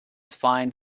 find